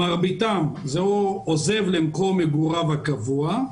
מרביתן היו של אנשים שעוזבים למקום מגוריהם הקבוע,